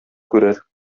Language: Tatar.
күрер